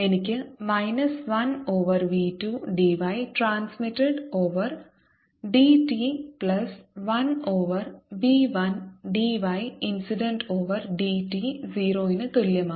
എനിക്ക് minus 1 over v2 dy transmitted over dt plus 1 over v1 dy incident over d t 0 ന് തുല്യമാണ്